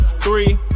Three